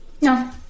No